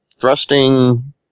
thrusting